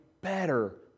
better